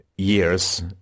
years